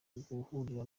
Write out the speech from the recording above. guhurira